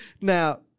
Now